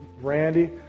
Randy